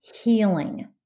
healing